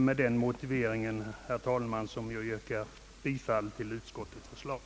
Med den motiveringen, herr talman, yrkar jag bifall till utskottets förslag.